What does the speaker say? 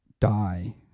die